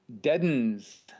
deadens